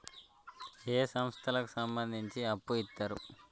ఏ సంస్థలకు సంబంధించి అప్పు ఇత్తరు?